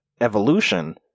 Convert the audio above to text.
evolution